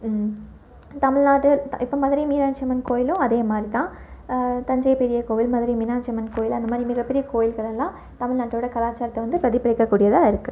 தமிழ்நாட்டு த இப்போ மதுரை மீனாட்சி அம்மன் கோயிலும் அதே மாதிரி தான் தஞ்சை பெரிய கோவில் மதுரை மீனாட்சி அம்மன் கோயில் அந்த மாதிரி மிகப்பெரிய கோயில்கள் எல்லாம் தமிழ்நாட்டோட கலாச்சாரத்தை வந்து பிரதிபலிக்கக் கூடியதாக இருக்கு